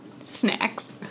snacks